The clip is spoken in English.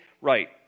right